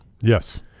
Yes